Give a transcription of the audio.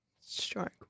Strike